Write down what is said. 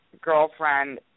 girlfriend